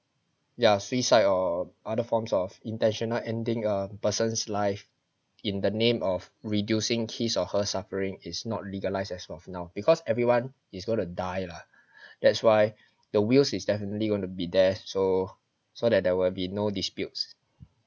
ya suicide or other forms of intentional ending a person's life in the name of reducing his or her suffering is not legalised as of now because everyone is going to die lah that's why the wills is definitely going to be there so so that there will be no disputes